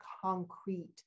concrete